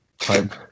type